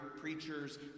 preachers